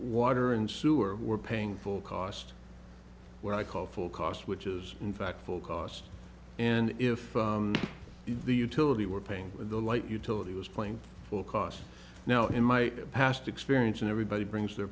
water and sewer were paying full cost what i call full cost which is in fact full cost and if the utility were paying the light utility was playing full cost now in my past experience and everybody brings their